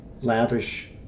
lavish